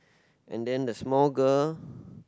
and then the small girl